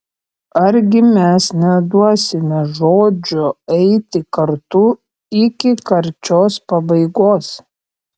argi mes neduosime žodžio eiti kartu iki karčios pabaigos